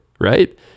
right